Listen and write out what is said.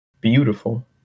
Beautiful